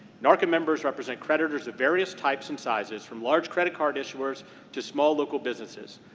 narca members represent creditors of various types and sizes, from large credit card issuers to small local businesses.